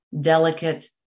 delicate